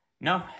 No